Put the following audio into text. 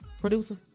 producer